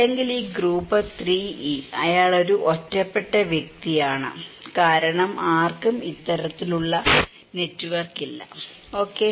അല്ലെങ്കിൽ ഈ group 3E അയാൾ ഒരു ഒറ്റപ്പെട്ട വ്യക്തിയാണ് കാരണം ആർക്കും ഇത്തരത്തിലുള്ള നെറ്റ്വർക്ക് ഇല്ല ഓക്കേ